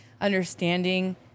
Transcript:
understanding